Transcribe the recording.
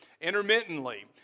intermittently